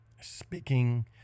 speaking